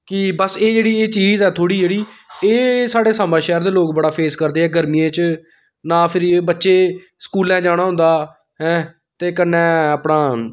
कि बस एह् जेह्ड़ी एह् चीज ऐ थोह्ड़ी जेह्ड़ी एह् स्हाड़ै साम्बा शैहर दे लोग बड़ा फेस करदे ऐ गर्मियें च ना फिर बच्चे स्कूलें जाना होंदा ऐं ते कन्नै अपना